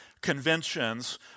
conventions